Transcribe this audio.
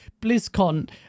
BlizzCon